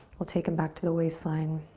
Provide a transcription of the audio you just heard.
we'll take them back to the waistline.